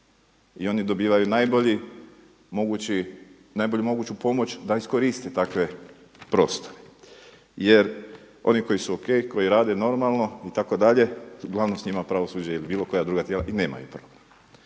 i oni dobivaju najbolju moguću pomoć da iskoriste takve prostore. Jer oni koji su o.k. koji rade normalno itd. uglavnom s njima pravosuđe ili bilo koja druga tijela i nemaju problem.